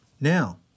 Now